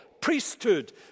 priesthood